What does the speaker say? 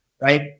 right